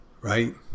right